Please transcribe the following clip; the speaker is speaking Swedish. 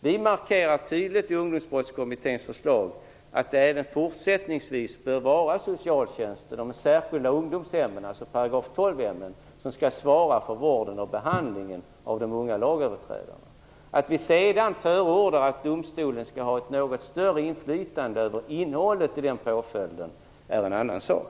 Vi markerar tydligt i Ungdomsbrottskommitténs förslag att det även fortsättningsvis bör vara socialtjänsten och de särskilda ungdomshemmen, dvs. § 12 hemmen, som skall svara för vården och behandlingen av de unga lagöverträdarna. Att vi sedan förordar att domstolen skall ha ett något större inflytande över innehållet i den påföljden är en annan sak.